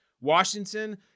Washington